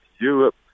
Europe